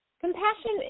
Compassion